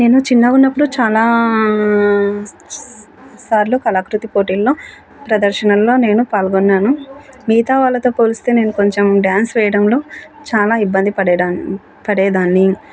నేను చిన్నగా ఉన్నపుడు చాలా సార్లు కళాకృతి పోటీల్లో ప్రదర్శనల్లో నేను పాల్గొన్నాను మిగతా వాళ్ళతో పోలిస్తే నేను కొంచెం డ్యాన్స్ వేయడంలో చాలా ఇబ్బంది పడేదా పడేదాన్ని